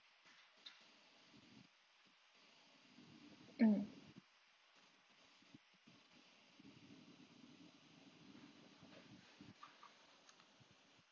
mm